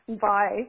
Bye